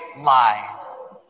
lie